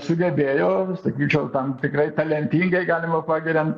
sugebėjo sakyčiau tam tikrai talentingai galima pagirian